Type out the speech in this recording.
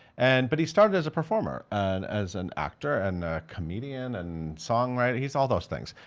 and but he started as a performer, and as an actor, and a comedian, and song writer, he's all those things.